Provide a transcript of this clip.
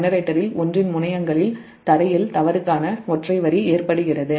ஜெனரேட்டரில் ஒன்றின் முனையங்களில் க்ரவுன்ட்ல் தவறுக்கான ஒற்றை வரி ஏற்படுகிறது